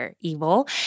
evil